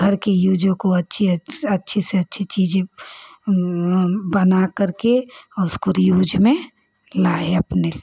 घर की यूज़ों को अच्छी अच्छे अच्छी से अच्छी चीज़ें बना करके उसको रीयूज़ में लाए अपने